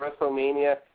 WrestleMania